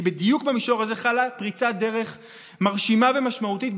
כי בדיוק במישור הזה חלה פריצת דרך מרשימה ומשמעותית.